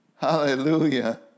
Hallelujah